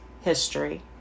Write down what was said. history